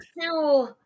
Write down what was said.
two